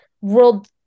world